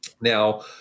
Now